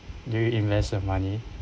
do you invest your money